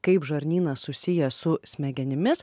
kaip žarnynas susijęs su smegenimis